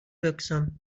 wirksam